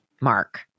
mark